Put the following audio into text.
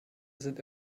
sind